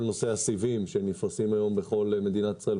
כל נושא הסיבים שנפרסים היום בכל מדינת ישראל,